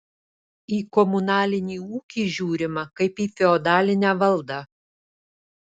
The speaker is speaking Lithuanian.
į komunalinį ūkį žiūrima kaip į feodalinę valdą